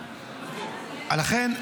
לכן,